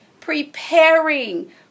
preparing